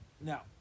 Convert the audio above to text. Now